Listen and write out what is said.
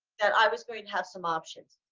that i was going to have some options.